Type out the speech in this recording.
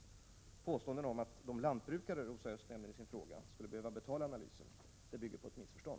Påståenden om att de lantbrukare Rosa Östh nämner i sin fråga skulle behöva betala analysen bygger på ett missförstånd.